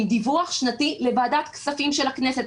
עם דיווח שנתי לוועדת הכספים של הכנסת,